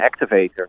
activator